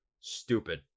stupid